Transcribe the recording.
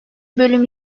bölüm